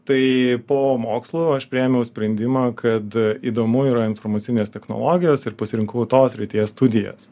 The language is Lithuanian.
tai po mokslų aš priėmiau sprendimą kad įdomu yra informacinės technologijos ir pasirinkau tos srities studijas